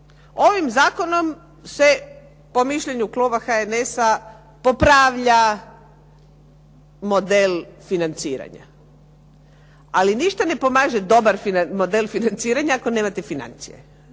Ovim zakonom se, po mišljenju kluba HNS-a, popravlja model financiranja, ali ništa ne pomaže dobar model financiranja ako nemate financije.